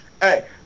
hey